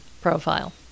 profile